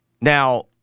Now